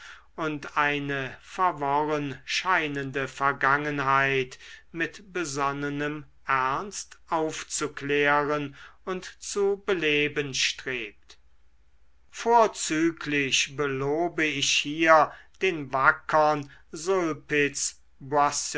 und eine verworren scheinende vergangenheit mit besonnenem ernst aufzuklären und zu beleben strebt vorzüglich belobe ich hier den wackern